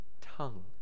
tongue